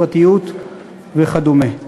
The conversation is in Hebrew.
פרטיות וכדומה.